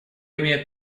имеет